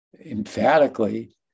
emphatically